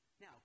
Now